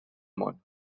món